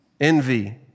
envy